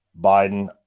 Biden